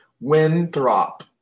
Winthrop